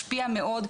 משפיע מאוד,